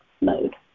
mode